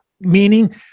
Meaning